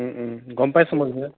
ও ও গম পাইছোঁ মই